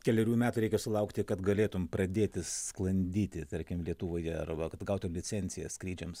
kelerių metų reikia sulaukti kad galėtum pradėti sklandyti tarkim lietuvoje arba kad gautum licenciją skrydžiams